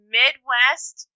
midwest